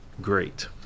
great